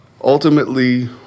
Ultimately